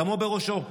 דמו בראשו.